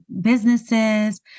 businesses